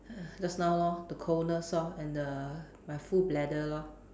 err just now lor the coldness lor and the my full bladder lor